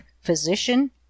physician